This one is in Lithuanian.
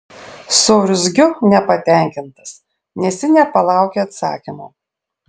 suurzgiu nepatenkintas nes ji nepalaukė atsakymo